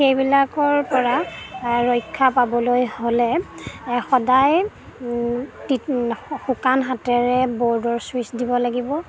সেইবিলাকৰপৰা ৰক্ষা পাবলৈ হ'লে সদায় শুকান হাতেৰে বৰ্ডৰ ছুইচ দিব লাগিব